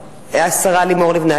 השרה לימור לבנת,